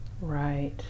Right